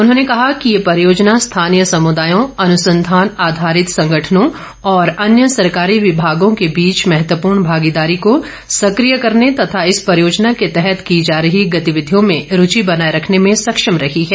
उन्होंने कहा कि ये परियोजना स्थानीय समुदायों अनुंसधान आधारित संगठनों और अन्य सरकारी विभागों के बीच महत्वपूर्ण भागीदारी को सकिय करने तथा इस परियोजना के तहत की जा रही गतिविधियों में रूचि बनाए रखने में सक्षम रही है